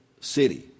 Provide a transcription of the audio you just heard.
city